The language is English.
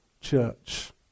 church